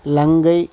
இலங்கை